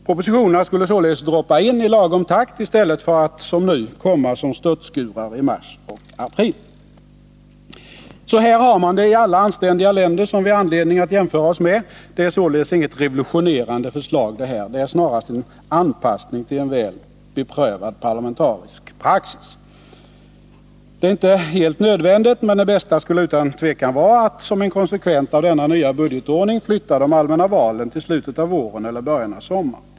Propositionerna kunde således droppa in i lagom takt i stället för att, som nu, komma som störtskurar i mars och april. Så här har man det i alla anständiga länder som vi har anledning att jämföra oss med. Det är således inget revolutionerande förslag. Det är snarast en anpassning till en väl beprövad parlamentarisk praxis. Det är inte helt nödvändigt, men det bästa skulle utan tvivel vara att som en konsekvens av denna budgetordning flytta de allmänna valen till slutet av våren eller början av sommaren.